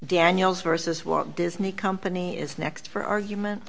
danielle's versus what disney company is next for argument